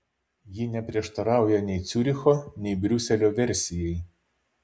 ji neprieštarauja nei ciuricho nei briuselio versijai